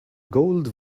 gold